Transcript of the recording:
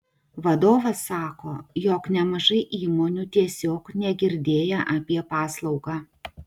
vadovas sako jog nemažai įmonių tiesiog negirdėję apie paslaugą